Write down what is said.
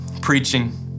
preaching